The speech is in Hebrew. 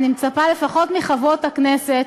אני מצפה לפחות מחברות הכנסת,